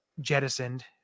jettisoned